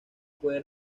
puede